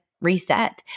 reset